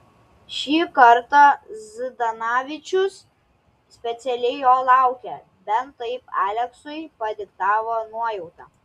šį kartą zdanavičius specialiai jo laukė bent taip aleksui padiktavo nuojauta